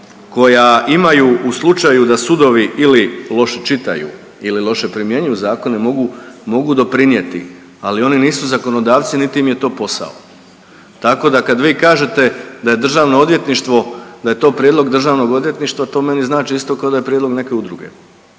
koja imaju u slučaju da sudovi ili loše čitaju ili loše primjenjuju zakone mogu doprinijeti, ali oni nisu zakonodavci niti im je to posao, tako da kad vi kažete da je DORH, da je to prijedlog DORH-a, to meni znači isto kao da je prijedlog neke udruge,